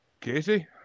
Casey